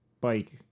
bike